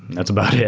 that's about